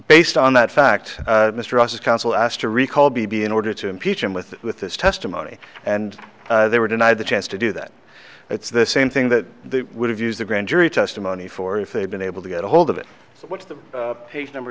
based on that fact mr ross's counsel asked to recall b b in order to impeach him with with his testimony and they were denied the chance to do that it's the same thing that they would have used the grand jury testimony for if they'd been able to get ahold of it what's the number